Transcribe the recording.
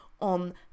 on